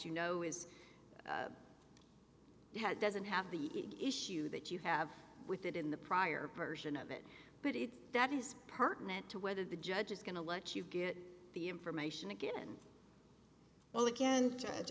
you know is had doesn't have the issue that you have with it in the prior version of it but if that is pertinent to whether the judge is going to let you get the information again well again